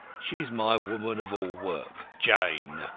she's my woman of all work, jane.